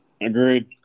agreed